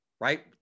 right